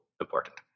important